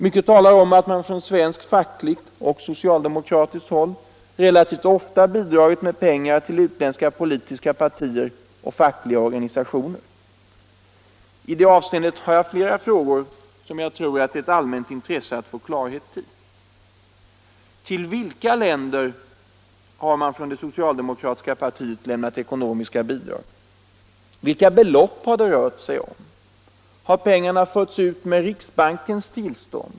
Mycket talar för att man från svenskt fackligt och socialdemokratiskt håll relativt ofta bidragit med pengar till utländska politiska partier och fackliga organisationer. I detta avseende har jag flera frågor som jag tror att det är allmänt intresse att få klarhet i. Till vilka länder har man från det socialdemokratiska partiet lämnat ekonomiska bidrag? Vilka belopp har det rört sig om? Har pengarna förts ut med riksbankens kvitton?